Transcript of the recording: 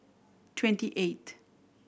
twenty eight